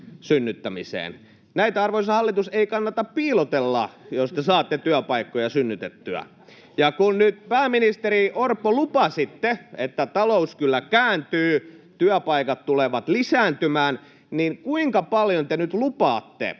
Näitä, arvoisa hallitus, ei kannata piilotella, jos te saatte työpaikkoja synnytettyä. Ja kun nyt lupasitte, pääministeri Orpo, että talous kyllä kääntyy, työpaikat tulevat lisääntymään, niin kuinka paljon te nyt lupaatte, että